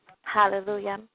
Hallelujah